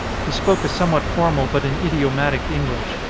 he spoke a somewhat formal but an idiomatic english.